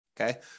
Okay